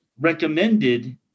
recommended